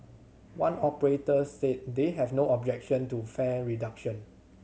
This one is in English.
one operator said they have no objection to fare reduction